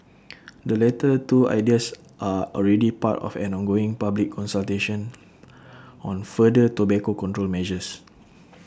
the latter two ideas are already part of an ongoing public consultation on further tobacco control measures